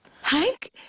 Hank